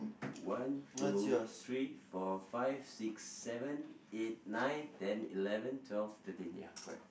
one two three four five six seven eight nine ten eleven twelve thirteen ya correct